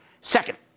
Second